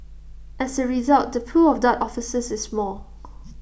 as A result the pool of dart officers is small